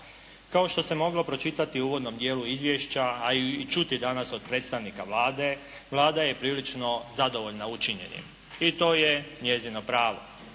Kao što se moglo pročitati u uvodnom dijelu izviješća, a i čuti danas od predstavnika Vlade. Vlada je prilično zadovoljna učinjenim i to je njezino pravo.